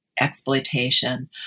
exploitation